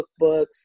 cookbooks